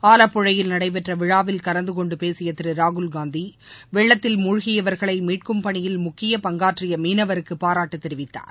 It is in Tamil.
அழப்புழையில் நடைபெற்ற விழாவில் கலந்தகொண்டு பேசிய திரு ராகுல்காந்தி வெள்ளத்தில் மூழ்கியவர்களை மீட்கும் பணியில் முக்கிய பங்காற்றிய மீனவருக்கு அவர் பாராட்டு தெரிவித்தார்